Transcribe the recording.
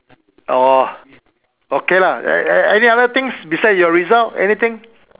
orh okay lah any other things beside your results anything